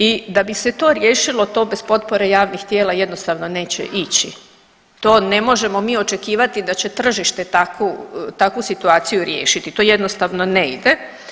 I da bi se to riješilo to bez potpore javnih tijela jednostavno neće ići, to ne možemo mi očekivati da će tržište takvu, takvu situaciju riješiti, to jednostavno ne ide.